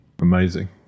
amazing